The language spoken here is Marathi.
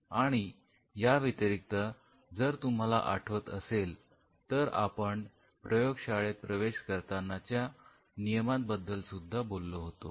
आणि या व्यतिरिक्त जर तुम्हाला आठवत असेल तर आपण प्रयोगशाळेत प्रवेश करतानाच्या नियमांबद्दल सुद्धा बोललो होतो